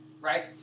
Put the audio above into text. Right